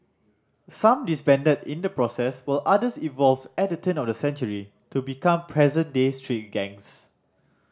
some disbanded in the process while others evolved at the turn of the century to become present day street gangs